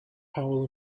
powell